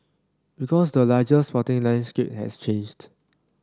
because the larger sporting landscape has changed